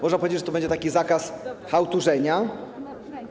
Można powiedzieć, że to będzie taki zakaz chałturzenia.